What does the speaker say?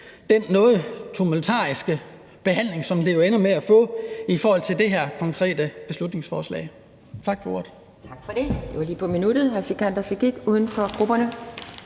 den noget tumultariske behandling, som det jo ender med at være i forhold til det her konkrete beslutningsforslag.